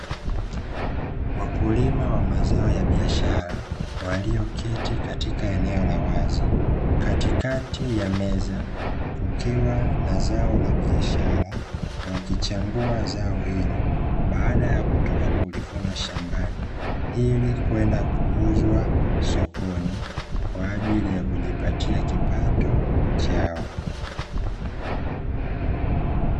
Wakulima wa mazao ya biashara, walioketi katika eneo la wazi, katikati ya meza, kukiwa na zao la biashara, wakichambua zao hilo, baada ya kutoka kulivuna shambani, ili kwenda kuuzwa sokoni kwaajili ya kujipatia kipato chao.